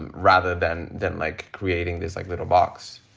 and rather than than like creating this, like, little box